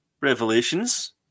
Revelations